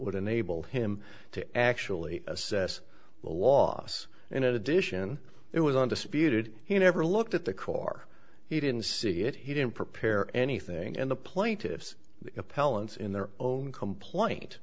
would enable him to actually assess the loss in addition it was undisputed he never looked at the core he didn't see it he didn't prepare anything and the plaintiffs appellants in their own complaint